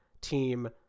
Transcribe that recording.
team